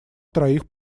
троих